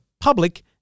public